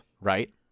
right